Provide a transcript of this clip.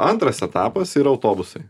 antras etapas yra autobusai